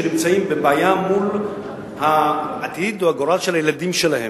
שנמצאים בבעיה מול העתיד או הגורל של הילדים שלהם.